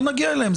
לא נגיע אליהם,